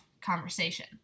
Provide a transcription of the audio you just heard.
conversation